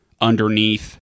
underneath